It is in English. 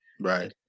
Right